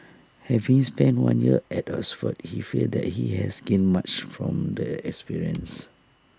having spent one year at Oxford he feels that he has gained much from the experience